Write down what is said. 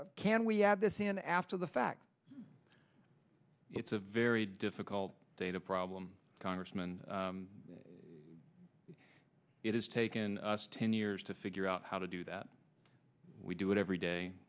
in after the fact it's a very difficult data problem congressman it has taken us ten years to figure out how to do that we do it every day